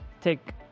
take